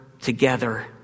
together